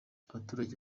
abaturage